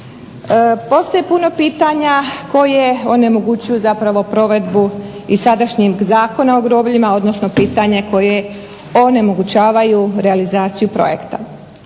Postoji puno pitanja koje onemogućuju zapravo provedbu i sadašnjeg Zakona o grobljima, odnosno pitanja koja onemogućavaju realizaciju projekta.